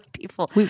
people